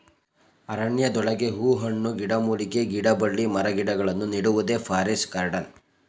ಅರಣ್ಯದೊಳಗೆ ಹೂ ಹಣ್ಣು, ಗಿಡಮೂಲಿಕೆ, ಗಿಡಬಳ್ಳಿ ಮರಗಿಡಗಳನ್ನು ನೆಡುವುದೇ ಫಾರೆಸ್ಟ್ ಗಾರ್ಡನ್